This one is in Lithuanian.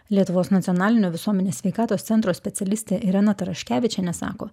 lietuvos nacionalinio visuomenės sveikatos centro specialistė irena taraškevičienė sako